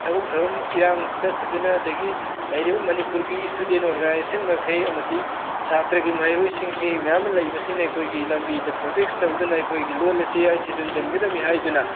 ꯊꯕꯛ ꯇꯧꯔꯝ ꯏꯔꯥꯡ ꯆꯊꯗꯨꯅ ꯑꯗꯒꯤ ꯂꯩꯔꯤꯕ ꯃꯅꯤꯄꯨꯔꯒꯤ ꯏꯁꯇꯨꯗꯦꯟ ꯑꯣꯔꯒꯅꯥꯏꯁꯟ ꯃꯈꯩ ꯑꯃꯗꯤ ꯁꯥꯇ꯭ꯔꯒꯤ ꯃꯍꯩꯔꯣꯏꯁꯤꯡꯁꯤ ꯃꯌꯥꯝꯃ ꯂꯩꯕꯁꯤꯅ ꯑꯩꯈꯣꯏꯒꯤ ꯂꯝꯕꯤꯗ ꯄ꯭ꯔꯣꯇꯦꯛꯁ ꯇꯧꯗꯨꯅ ꯑꯩꯈꯣꯏꯒꯤ ꯂꯣꯜ ꯑꯁꯤ ꯑꯥꯏꯠ ꯁꯦꯗꯨꯟ ꯆꯟꯒꯗꯕꯅꯤ ꯍꯥꯏꯗꯨꯅ